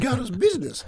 geras biznis